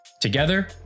Together